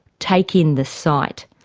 take in the sight,